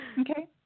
Okay